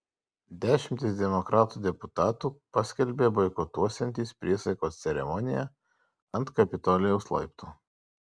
dešimtys demokratų deputatų paskelbė boikotuosiantys priesaikos ceremoniją ant kapitolijaus laiptų